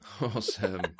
Awesome